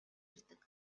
ирдэг